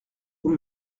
vous